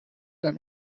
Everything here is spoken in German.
einen